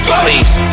please